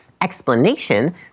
explanation